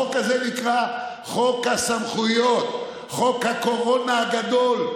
החוק הזה נקרא חוק הסמכויות, חוק הקורונה הגדול,